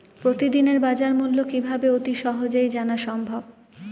প্রতিদিনের বাজারমূল্য কিভাবে অতি সহজেই জানা সম্ভব?